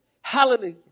hallelujah